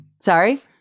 Sorry